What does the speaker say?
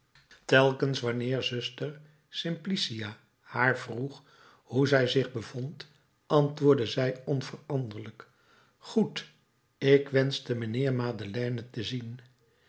telkens wanneer zuster simplicia haar vroeg hoe zij zich bevond antwoordde zij onveranderlijk goed ik wenschte mijnheer madeleine te zien